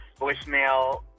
voicemail